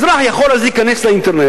אזרח אז יכול להיכנס לאינטרנט,